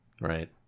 Right